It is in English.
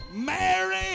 Mary